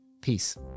Peace